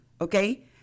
okay